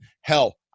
Hell